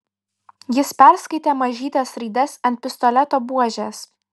jis perskaitė mažytes raides ant pistoleto buožės